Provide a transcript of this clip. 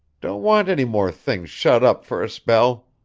don't want any more things shut up for a spell.